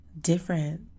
different